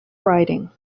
riding